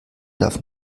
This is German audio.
darf